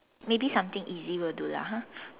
maybe something easy will do lah !huh!